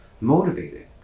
motivating